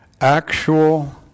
actual